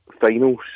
finals